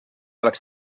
oleks